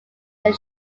then